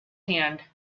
hand